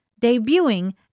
Debuting